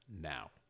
now